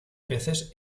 peces